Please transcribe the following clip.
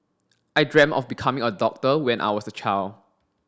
I dreamt of becoming a doctor when I was a child